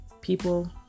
people